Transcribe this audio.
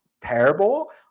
terrible